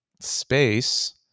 space